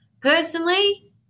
Personally